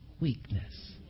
weakness